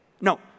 No